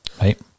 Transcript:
Right